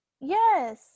Yes